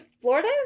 Florida